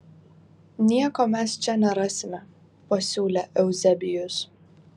nieko mes čia nerasime pasiūlė euzebijus